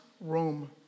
Rome